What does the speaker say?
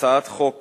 הצעת חוק